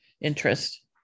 interest